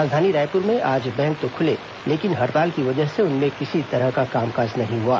राजधानी रायपुर में आज बैंक तो खुले लेकिन हड़ताल की वजह से उनमें किसी भी तरह का कामकाज नहीं हुआ